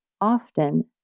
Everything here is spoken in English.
often